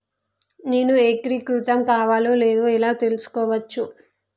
నేను ఏకీకృతం కావాలో లేదో ఎలా తెలుసుకోవచ్చు?